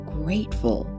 grateful